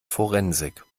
forensik